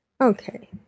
Okay